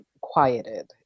quieted